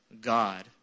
God